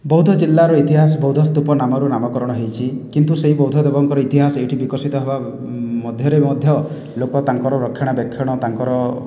ବଉଦ ଜିଲ୍ଲାର ଇତିହାସ ବୌଦ୍ଧ ସ୍ତୂପ ନାମରୁ ନାମକରଣ ହୋଇଛି କିନ୍ତୁ ସେହି ବୌଦ୍ଧ ଦେବଙ୍କର ଇତିହାସ ଏଠି ବିକଶିତ ହେବା ମଧ୍ୟରେ ମଧ୍ୟ ଲୋକ ତାଙ୍କର ରକ୍ଷଣା ବେକ୍ଷଣା ତାଙ୍କର